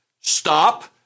Stop